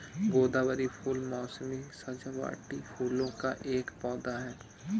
गुलदावरी फूल मोसमी सजावटी फूलों का एक पौधा है